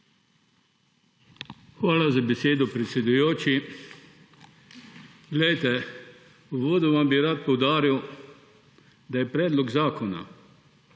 Hvala za besedo, predsedujoči. Uvodoma bi rad poudaril, da je predlog zakona,